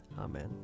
Amen